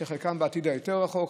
חלקן בעתיד היותר-רחוק,